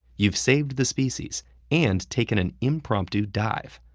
you've saved the species and taken an impromptu dive.